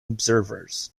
observers